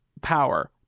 power